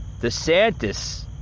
DeSantis